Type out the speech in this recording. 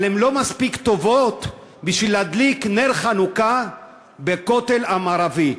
אבל הן לא מספיק טובות בשביל להדליק נר חנוכה בכותל המערבי.